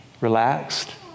relaxed